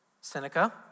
Seneca